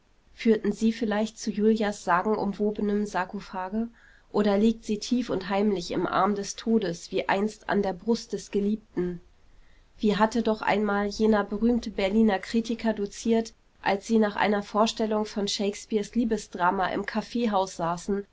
führten sie vielleicht zu julias sagenumwobenem sarkophage oder liegt sie tief und heimlich im arm des todes wie einst an der brust des geliebten wie hatte doch einmal jener berühmte berliner kritiker doziert als sie nach einer vorstellung von shakespeares liebesdrama im kaffeehaus saßen